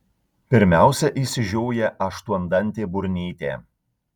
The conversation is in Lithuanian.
pirmiausia išsižioja aštuondantė burnytė